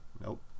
Nope